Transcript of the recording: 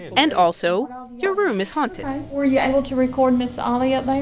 and also your room is haunted were you able to record miss ollie up like